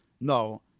no